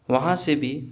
وہاں سے بھی